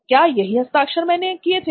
क्या यही हस्ताक्षर मैंने किए थे